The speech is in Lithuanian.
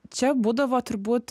čia būdavo turbūt